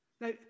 Now